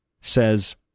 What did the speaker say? says